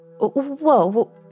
Whoa